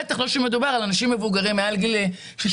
בטח לא כשמדובר על אנשים מבוגרים מעל גיל 67,